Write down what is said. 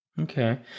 Okay